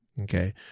okay